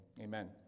amen